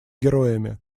героями